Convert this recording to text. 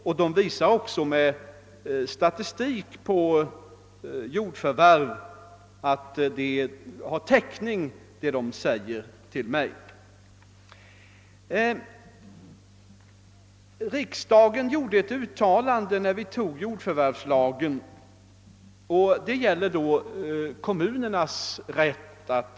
Lantbruksstyrelsen har också med hjälp av statistik över jordförvärv visat att det finns täckning för påståendet.